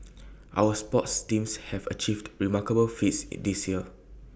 our sports teams have achieved remarkable feats IT this year